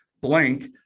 Blank